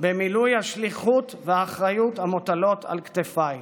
במילוי השליחות והאחריות המוטלות על כתפיי,